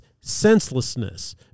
senselessness